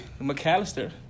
McAllister